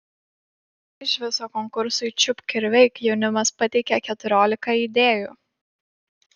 iš viso konkursui čiupk ir veik jaunimas pateikė keturiolika idėjų